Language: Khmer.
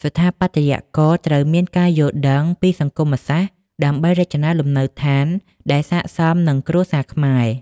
ស្ថាបត្យករត្រូវមានការយល់ដឹងពីសង្គមសាស្ត្រ ដើម្បីរចនាលំនៅដ្ឋានដែលស័ក្តិសមនឹងគ្រួសារខ្មែរ។